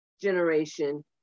generation